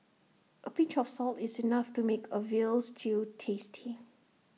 A pinch of salt is enough to make A Veal Stew tasty